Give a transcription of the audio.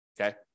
okay